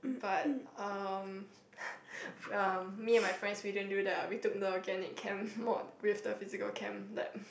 but um um me and my friends we didn't do that ah we took the organic chem mod with the physical chem lab